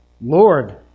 Lord